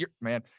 man